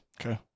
Okay